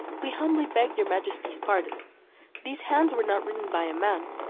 we humbly beg your majesty's pardon these hands were not written by a man,